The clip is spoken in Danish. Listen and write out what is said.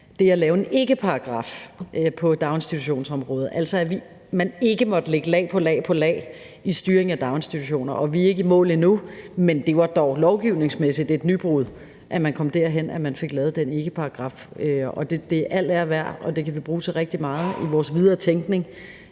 det at lave en ikkeparagraf på daginstitutionsområdet, altså at man ikke måtte lægge lag på lag på lag i styringen af daginstitutioner. Vi er ikke i mål endnu, men det var dog et lovgivningsmæssigt nybrud, at man kom derhen, hvor man fik lavet den ikkeparagraf. Al ære og respekt for det, og det kan vi bruge til rigtig meget i vores videre tænkning,